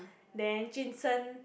then jun sheng